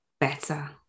better